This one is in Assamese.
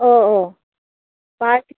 অঁ অঁ পাৰ্ক